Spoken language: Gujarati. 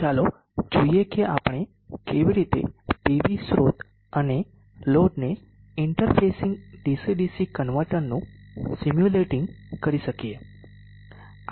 ચાલો જોઈએ કે આપણે કેવી રીતે પીવી સ્રોત અને લોડને ઇન્ટરફેસિંગ ડીસી ડીસી કન્વર્ટરનું સિમ્યુલેટીંગ કરી શકીએ